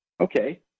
Okay